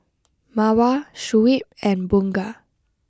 Mawar Shuib and Bunga